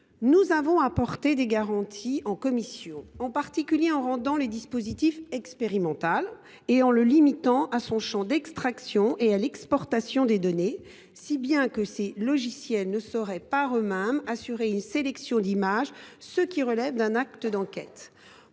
Nous avons apporté des garanties en commission, en particulier en rendant ce dispositif expérimental et en limitant son champ à l’extraction et à l’exportation des données, si bien que ces logiciels ne sauraient, d’eux mêmes, assurer une sélection d’images ; celle ci relève d’un acte d’enquête.